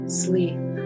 sleep